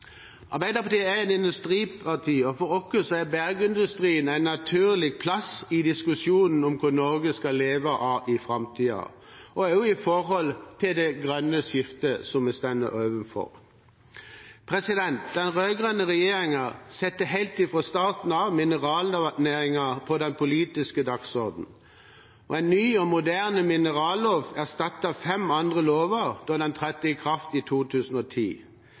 Arbeiderpartiet er et industriparti og for oss har bergindustrien en naturlig plass i diskusjonen om hva Norge skal leve av i framtiden, også med tanke på det grønne skiftet som vi står overfor. Den rød-grønne regjeringen satte helt fra starten av mineralnæringen på den politiske dagsordenen. En ny og moderne minerallov erstattet fem andre lover da den trådte i kraft i 2010.